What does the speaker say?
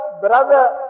brother